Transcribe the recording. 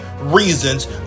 reasons